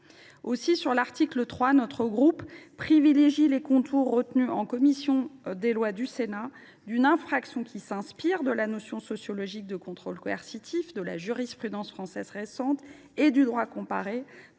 concerne l’article 3, notre groupe privilégie les contours retenus par la commission des lois du Sénat, à savoir ceux d’une infraction s’inspirant de la notion sociologique de contrôle coercitif, de la jurisprudence française récente et du droit comparé,